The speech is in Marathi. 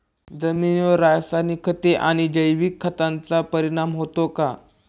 जमिनीवर रासायनिक खते आणि जैविक खतांचा परिणाम होतो का?